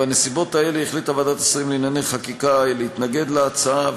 בנסיבות האלה החליטה ועדת השרים לענייני חקיקה להתנגד להצעה,